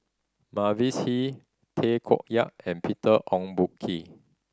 Mavis Hee Tay Koh Yat and Peter Ong Boon Kwee